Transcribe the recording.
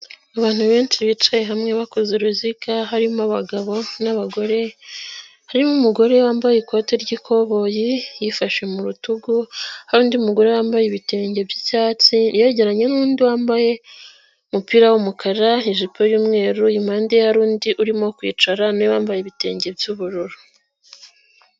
Abantu benshi bicaye hamwe bakoze uruziga harimo abagabo n'abagore, harimo umugore wambaye ikote ry'ikoboyi yifashe mu rutugu, hari undi mugore wambaye ibitenge by'icyatsi yegeranye n'undi wambaye umupira w'umukara, ijipo y'umweru, impande ye hari undi urimo kwicara n'uwambaye ibitenge by'ubururu.